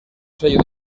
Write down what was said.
sello